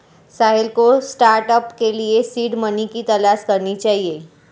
साहिल को स्टार्टअप के लिए सीड मनी की तलाश करनी चाहिए